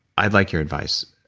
i'd like your advice.